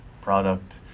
product